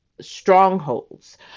strongholds